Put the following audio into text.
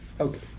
Okay